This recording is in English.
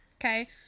Okay